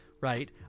right